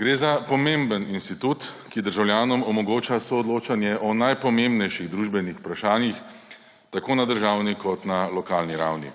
Gre za pomemben institut, ki državljanom omogoča soodločanje o najpomembnejših družbenih vprašanjih tako na državni kot na lokalni ravni.